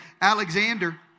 Alexander